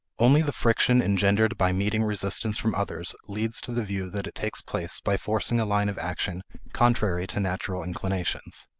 only the friction engendered by meeting resistance from others leads to the view that it takes place by forcing a line of action contrary to natural inclinations.